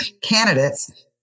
candidates